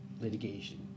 Litigation